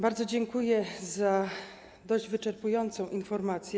Bardzo dziękuję za dość wyczerpującą informację.